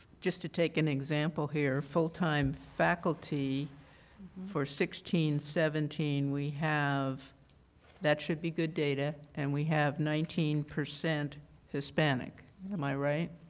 just to take an example here. full faculty for sixteen seventeen, we have that should be good data and we have nineteen percent hispanic. and my, right?